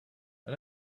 and